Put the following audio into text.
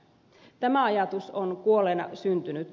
tämä ajatus on kuolleena syntynyt